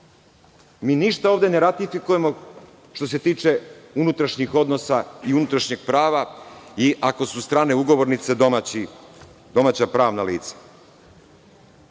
Mi ništa ovde ne ratifikujemo što se tiče unutrašnjih odnosa i unutrašnjeg prava i ako su strane ugovornice domaća pravna